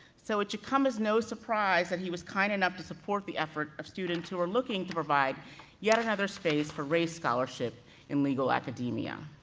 so, it should come as no surprise that he was kind enough to support the effort of students who were looking to provide yet another space for race scholarship in legal academia.